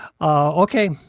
Okay